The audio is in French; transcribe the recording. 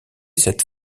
cette